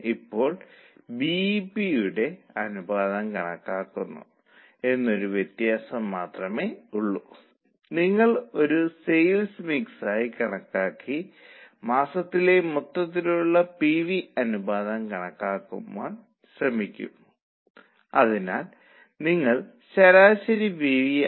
ഇപ്പോൾ ഈ മാറ്റങ്ങൾ ഉൾപ്പെടുത്തിയതിന് ശേഷം നിങ്ങൾ ഇതര ബജറ്റ് നൽകണം അത് ശരിയാണ്